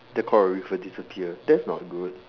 the coral reef will disappear that's not good